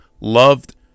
loved